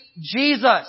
Jesus